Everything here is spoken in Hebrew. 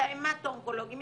את ההמטו-אונקולוגים,